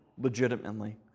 legitimately